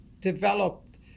developed